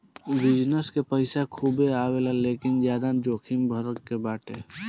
business से पईसा खूबे आवेला लेकिन ज्यादा जोखिम भरा भी बाटे